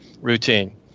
routine